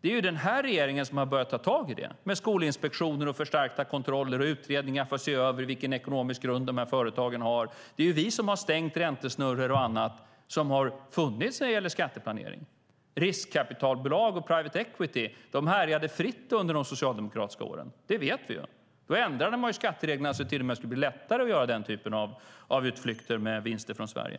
Det är den här regeringen som har börjat ta tag i det, med skolinspektioner, förstärkta kontroller och utredningar för att se över vilken ekonomisk grund företagen har. Det är vi som har stängt räntesnurror och annat som har funnits när det gäller skatteplanering. Riskkapitalbolag och private equity härjade fritt under de socialdemokratiska åren - det vet vi ju. Då ändrade man skattereglerna så att det till och med skulle bli lättare att göra den typen av utflykter med vinster från Sverige.